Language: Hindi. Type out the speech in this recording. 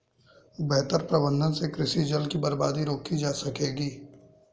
बेहतर प्रबंधन से कृषि जल की बर्बादी रोकी जा सकेगी